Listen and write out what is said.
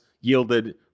yielded